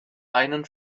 einen